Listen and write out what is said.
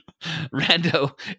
Rando